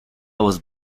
was